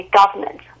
government